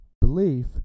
belief